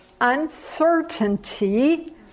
uncertainty